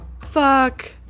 Fuck